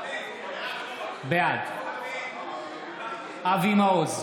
בעד אבי מעוז,